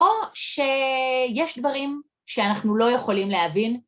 ‫או שיש דברים שאנחנו לא יכולים להבין.